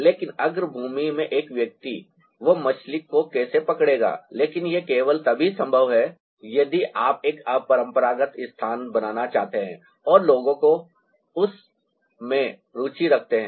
लेकिन अग्रभूमि में एक व्यक्ति वह मछली को कैसे पकड़ेगा लेकिन यह केवल तभी संभव है यदि आप एक अपरंपरागत स्थान बनाना चाहते हैं और लोगों को उस में रुचि रखते हैं